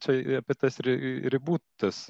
čia apie tas a ribų tas